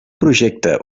projecte